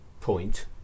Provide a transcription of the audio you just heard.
point